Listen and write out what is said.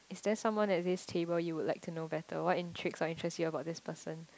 is there someone at this table you would like to know better what intrigues or interests you about this person